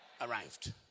arrived